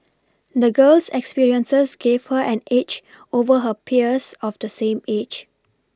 the girl's experiences gave her an edge over her peers of the same age